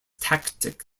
tactic